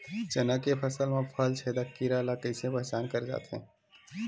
चना के फसल म फल छेदक कीरा ल कइसे पहचान करे जाथे?